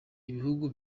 ibihugu